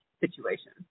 situation